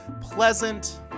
pleasant